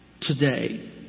today